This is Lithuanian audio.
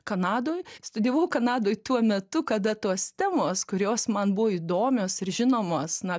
kanadoj studijavau kanadoj tuo metu kada tos temos kurios man buvo įdomios ir žinomos na